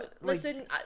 listen